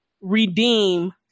redeem